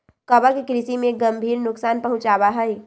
कवक कृषि में गंभीर नुकसान पहुंचावा हई